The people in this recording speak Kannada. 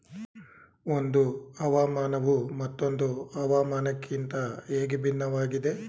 ಒಂದು ಹವಾಮಾನವು ಮತ್ತೊಂದು ಹವಾಮಾನಕಿಂತ ಹೇಗೆ ಭಿನ್ನವಾಗಿದೆ?